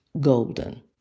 golden